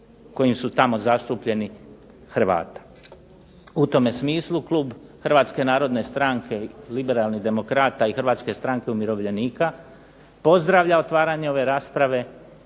kojim su tamo zastupljeni Hrvata. U tome smislu klub Hrvatske narodne stranke, Liberalnih demokrata i Hrvatske stranke umirovljenika pozdravljam otvaranje ove rasprave.